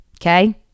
okay